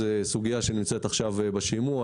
זה סוגיה שנמצאת עכשיו בשימוע,